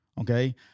Okay